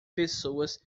pessoas